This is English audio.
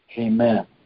Amen